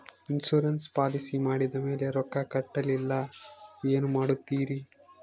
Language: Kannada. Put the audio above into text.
ಇನ್ಸೂರೆನ್ಸ್ ಪಾಲಿಸಿ ಮಾಡಿದ ಮೇಲೆ ರೊಕ್ಕ ಕಟ್ಟಲಿಲ್ಲ ಏನು ಮಾಡುತ್ತೇರಿ?